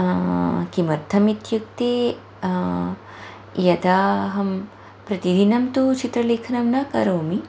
किमर्थम् इत्युक्ते यदा अहं प्रतिदिनं तु चित्रलेखनं न करोमि